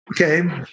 Okay